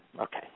Okay